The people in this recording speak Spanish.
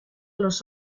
los